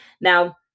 Now